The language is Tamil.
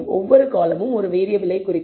ஒவ்வொரு காலமும் ஒரு வேறியபிளை குறிக்கும்